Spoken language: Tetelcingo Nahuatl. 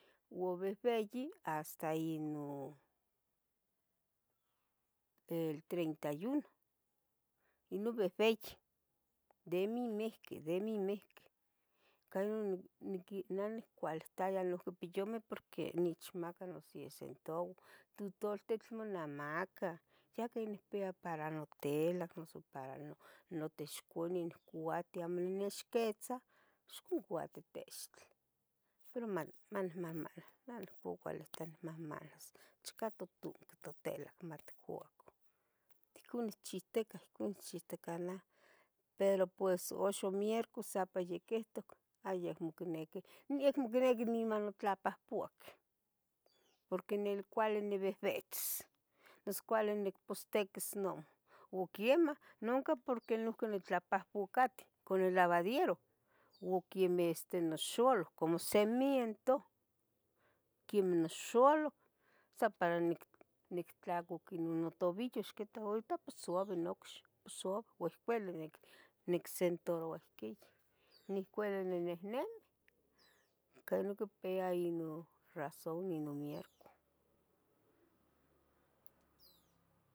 U behbeyi hasta inon el treinta y uno ino behbeyi de mimehqui de mimehqui, canon ineh nihcualitaya nonqueh piyumeh porque niniechmaca no siecentavo, tutoltitl monamaca ya que nicpia para notela noso para notexcuani niccuatiu amo nixquitza ixcouati textli, pero man mahmana uan ohcon inuilita inmanas chica totunqui totela matcuacoh ohcon nicchihtica ohcon nicchiticah nah, pero pues uxo miercos sapayequihtoc acmo quiniquih acmo icniqui matlapahpuac porque cuali nibehbetzis noso cuali nicpostiquis no u quemah nunque porque nitlapahpaquete con el lavadiero u quemeh este noxoloh como cemento quimoxoloh sapara nic tlacoc no tobillo ixquita pusabuc, pusabuc nocxi pues onicuehcueli nicsentaroua niqui nicuali ninihnimeh ica inon icpia razón nicobierno.